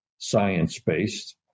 science-based